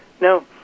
Now